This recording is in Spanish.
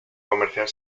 comercial